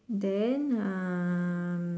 then ah